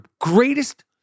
greatest